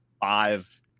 five